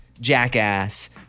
Jackass